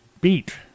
beat